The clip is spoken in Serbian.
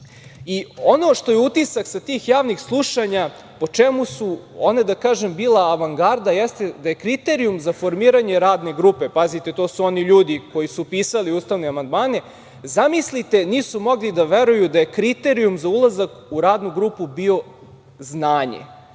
što je utisak sa tih javnih slušanja, po čemu su ona bila avangarda, jeste da je kriterijum za formiranje radne grupe, pazite, to su oni ljudi koji su pisali ustavne amandmane, zamislite, nisu mogli da veruju da je kriterijum za ulazak u Radnu grupu bio znanje,